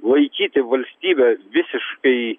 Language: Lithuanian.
laikyti valstybe visiškai